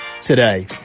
today